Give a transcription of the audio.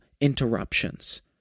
interruptions